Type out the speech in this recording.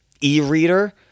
e-reader